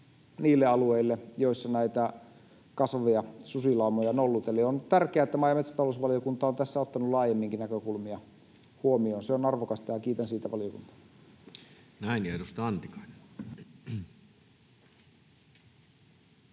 niille alueille, joissa näitä kasvavia susilaumoja on ollut. On tärkeää, että maa- ja metsätalousvaliokunta on tässä ottanut laajemminkin näkökulmia huomioon. Se on arvokasta, ja kiitän siitä valiokuntaa. [Speech 160] Speaker: